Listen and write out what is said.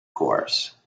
course